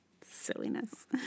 Silliness